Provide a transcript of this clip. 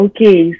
Okay